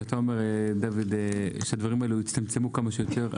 אתה אומר שהדברים האלה צריכים להצטמצם כמה שיותר.